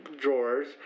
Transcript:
drawers